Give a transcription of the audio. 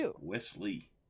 Wesley